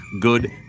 good